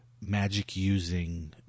magic-using